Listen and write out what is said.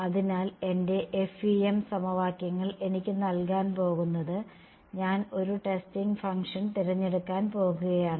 അതിനാൽ എന്റെ FEM സമവാക്യങ്ങൾ എനിക്ക് നൽകാൻ പോകുന്നത് ഞാൻ ഒരു ടെസ്റ്റിംഗ് ഫംഗ്ഷൻ തിരഞ്ഞെടുക്കാൻ പോകുകയാണ്